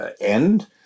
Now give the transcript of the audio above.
end